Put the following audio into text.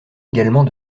également